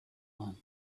man